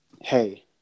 hey